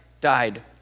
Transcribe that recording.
died